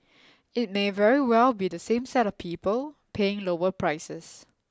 it may very well be the same set of people paying lower prices